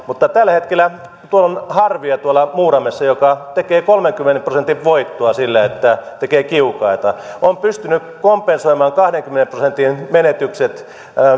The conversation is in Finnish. mutta tällä hetkellä muuramessa on harvia joka tekee kolmenkymmenen prosentin voittoa sillä että tekee kiukaita on pystynyt kompensoimaan kahdenkymmenen prosentin menetykset